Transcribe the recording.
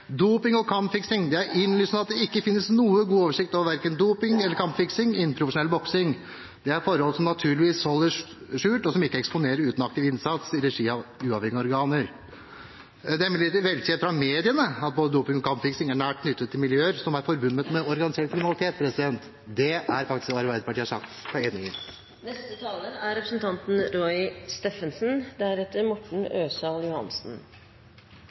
Doping og kampfiksing: Det er innlysende at det ikke finnes noen god oversikt over verken doping eller kampfiksing innen profesjonell boksing. Det er forhold som naturlig holdes skjult og som ikke eksponeres uten aktiv innsats i regi av uavhengige organer. Det er imidlertid velkjent fra mediene at både doping og kampfiksing er nært knyttet til miljøer som er forbundet med organisert kriminalitet.» Det er faktisk det Arbeiderpartiet har sagt.